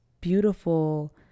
beautiful